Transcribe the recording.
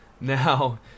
Now